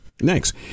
Next